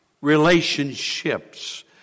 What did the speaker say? relationships